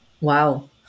Wow